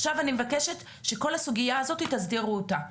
עכשיו אני מבקשת שכל הסוגיה הזאת תסדירו אותה.